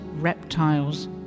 reptiles